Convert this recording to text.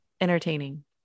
entertaining